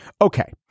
Okay